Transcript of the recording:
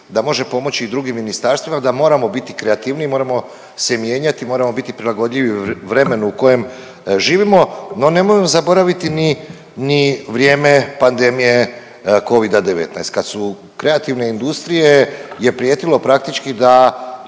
da može pomoći i drugim ministarstvima, da moramo biti kreativniji, moramo se mijenjati, moramo biti prilagodljivi vremenu u kojem živimo, no nemojmo zaboraviti ni, ni vrijeme pandemije covida-19 kad su, kreativne industrije je prijetilo praktički da